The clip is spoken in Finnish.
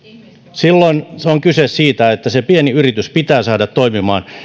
silloin on kyse siitä että se pieni yritys pitää saada toimimaan